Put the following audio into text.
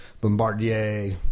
Bombardier